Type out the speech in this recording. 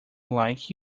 like